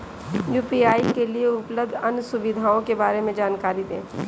UPI के लिए उपलब्ध अन्य सुविधाओं के बारे में जानकारी दें?